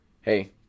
hey